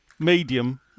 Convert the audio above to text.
Medium